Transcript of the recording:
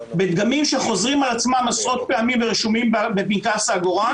בדגמים שחוזרים על עצמם עשרות פעמים ורשומים בפנקס העגורן